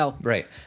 Right